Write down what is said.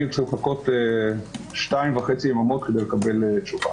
צריכים לחכות 2.5 יממות כדי לקבל תשובה.